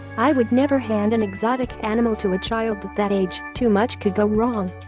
i would never hand an exotic animal to a child that age, too much could go wrong.